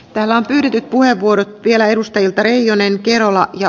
täällä pyydetyt puheenvuorot vielä edustajilta reijonen m kerola ja